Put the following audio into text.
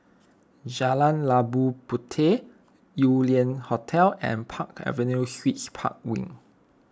Jalan Labu Puteh Yew Lian Hotel and Park Avenue Suites Park Wing